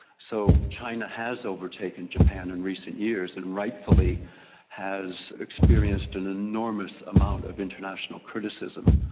so china has overtaken japan in recent years, and rightfully has experienced an enormous amount of international criticism.